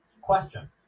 question